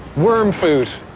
worm food